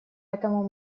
этому